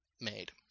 made